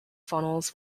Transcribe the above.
funnels